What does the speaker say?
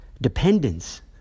Dependence